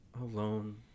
Alone